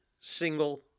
single